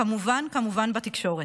כמובן כמובן בתקשורת.